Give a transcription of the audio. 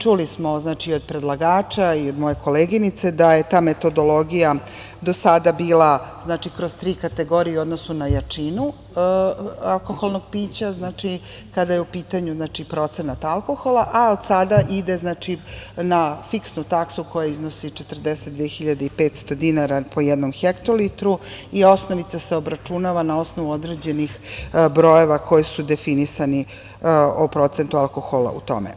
Čuli smo od predlagača i od moje koleginice da je ta metodologija do sada bila kroz tri kategorije u odnosu na jačinu alkoholnog pića, kada je u pitanju procenat alkohola, a od sada ide na fiksnu taksu koja iznosi 42.500 dinara po jednom hektolitru, i osnovica se obračunava na osnovu određenih brojeva koji su definisani o procentu alkohola u tome.